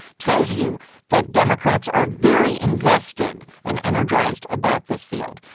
tells you that democrats are very invested and energized about this field.